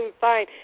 fine